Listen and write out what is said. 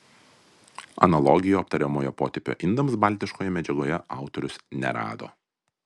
analogijų aptariamojo potipio indams baltiškoje medžiagoje autorius nerado